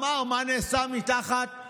אמר מה נעשה למשפחתו ולו מתחת